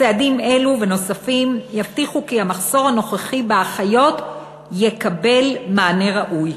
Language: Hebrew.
צעדים אלו ונוספים יבטיחו כי המחסור הנוכחי באחיות יקבל מענה ראוי.